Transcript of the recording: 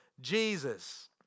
Jesus